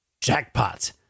Jackpot